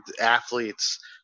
athletes